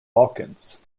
balkans